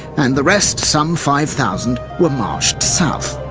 and the rest, some five thousand, were marched south.